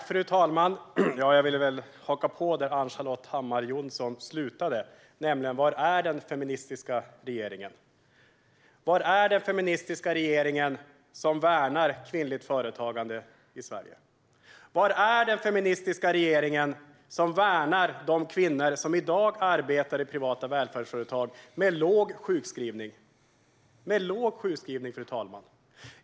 Fru talman! Jag vill haka på där Ann-Charlotte Hammar Johnsson slutade: Var är den feministiska regeringen? Var är den feministiska regering som värnar kvinnligt företagande i Sverige? Var är den feministiska regering som värnar de kvinnor som i dag arbetar i privata välfärdsföretag med låg sjukskrivning, fru talman?